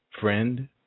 friend